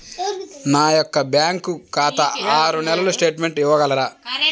నా యొక్క బ్యాంకు ఖాతా ఆరు నెలల స్టేట్మెంట్ ఇవ్వగలరా?